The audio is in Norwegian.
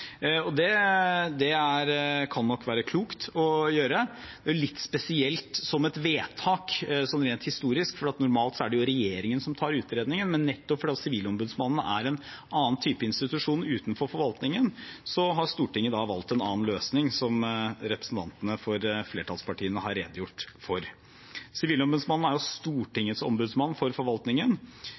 Det kan nok være klokt å gjøre, men rent historisk er det litt spesielt som et vedtak, for normalt er det regjeringen som tar utredningen. Men nettopp fordi Sivilombudsmannen er en annen type institusjon utenfor forvaltningen, har Stortinget valgt en annen løsning, slik representantene for flertallspartiene har redegjort for. Sivilombudsmannen er jo Stortingets ombudsmann for forvaltningen,